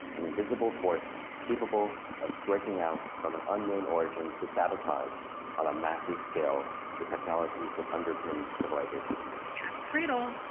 an invisible force capable of striking out from an unknown origin to sabotage on a massive scale, the technologies that underpin civilization. cat's cradle.